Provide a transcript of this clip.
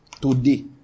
today